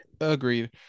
Agreed